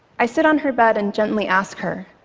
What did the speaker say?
i sit on her bed and gently ask her,